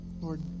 Lord